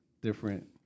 different